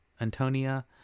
Antonia